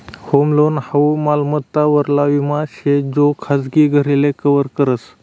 home loan हाऊ मालमत्ता वरला विमा शे जो खाजगी घरले कव्हर करस